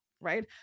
Right